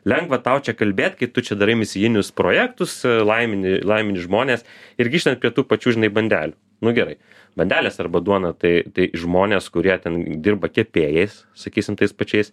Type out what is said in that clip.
lengva tau čia kalbėt kai tu čia darai misijinius projektus laimini laimini žmones ir grįžtame prie tų pačių žinai bandelių nu gerai bandelės arba duona tai tai žmonės kurie ten dirba kepėjais sakysim tais pačiais